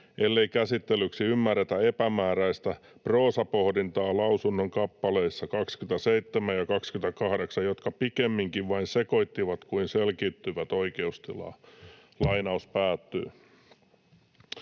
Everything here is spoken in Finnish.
ellei käsittelyksi ymmärretä epämääräistä proosapohdintaa lausunnon kappaleissa 27 ja 28, jotka pikemminkin vain sekoittivat kuin selkiyttivät oikeustilaa.”